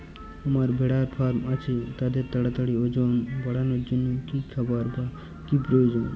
আমার ভেড়ার ফার্ম আছে তাদের তাড়াতাড়ি ওজন বাড়ানোর জন্য কী খাবার বা কী প্রয়োজন?